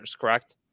Correct